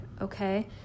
okay